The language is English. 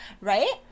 right